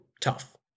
tough